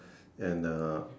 and the